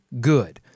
good